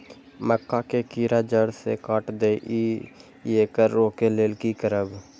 मक्का के कीरा जड़ से काट देय ईय येकर रोके लेल की करब?